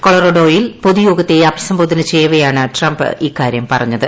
കൊളറോഡോയിൽ പൊതുയോഗത്തെ അഭിസംബോധന ചെയ്യവേയാണ് ട്രംപ് ഇക്കാര്യം പറഞ്ഞത്